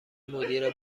مدیر